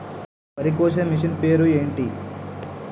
వరి కోసే మిషన్ పేరు ఏంటి